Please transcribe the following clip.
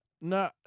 No